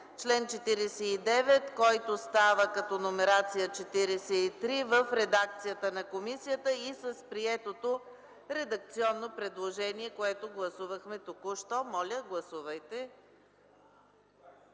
чл. 49, който става като номерация 43 в редакцията на комисията, и с приетото редакционно предложение, което гласувахме току-що. Гласували